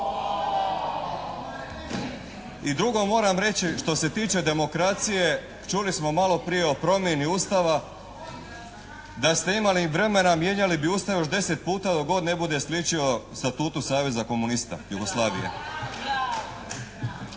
I drugo moram reći što se tiče demokracije čuli smo malo prije o promjeni Ustava da ste imali vremena mijenjali bi Ustav još 10 puta dok god ne bude sličio Statutu Saveza komunista Jugoslavije.